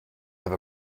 have